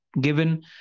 Given